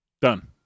Done